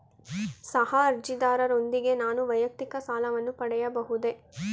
ಸಹ ಅರ್ಜಿದಾರರೊಂದಿಗೆ ನಾನು ವೈಯಕ್ತಿಕ ಸಾಲವನ್ನು ಪಡೆಯಬಹುದೇ?